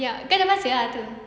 ya kau dah baca ah tu